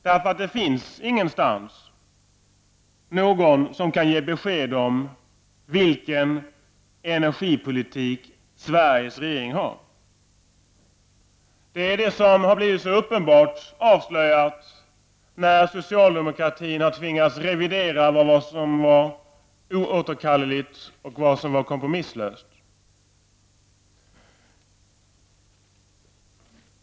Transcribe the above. Det finns ingenstans någon som kan ge besked om vilken energipolitik Sveriges regering för. Det är det som har blivit så uppenbart avslöjat när socialdemokratin har tvingats revidera det som var oåterkalleligt och kompromisslöst.